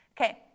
Okay